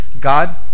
God